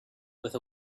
with